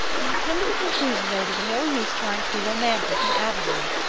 i have come to the conclusion that it is no use trying to be romantic in avonlea.